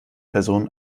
person